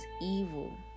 evil